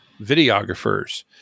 videographers